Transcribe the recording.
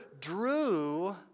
drew